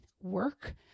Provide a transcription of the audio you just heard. work